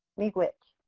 megwich.